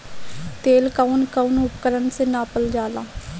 तेल कउन कउन उपकरण से नापल जाला?